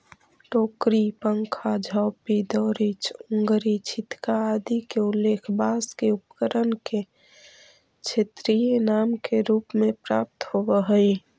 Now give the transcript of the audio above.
टोकरी, पंखा, झांपी, दौरी, चोंगरी, छितका आदि के उल्लेख बाँँस के उपकरण के क्षेत्रीय नाम के रूप में प्राप्त होवऽ हइ